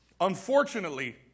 unfortunately